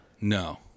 No